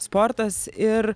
sportas ir